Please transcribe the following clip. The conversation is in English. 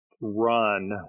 run